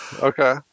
Okay